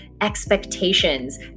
expectations